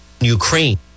Ukraine